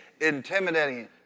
intimidating